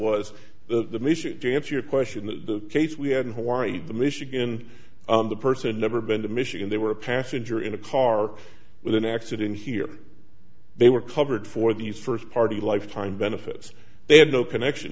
was the issue to answer your question the case we had in hawaii the michigan the person never been to michigan they were a passenger in a car with an accident here they were covered for the first party lifetime benefits they had no connection